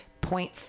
point